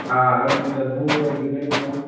آ اگر تُہۍ تَتھ وُہ وُہ رۄپیہِ کٔرِو کَم